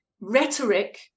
rhetoric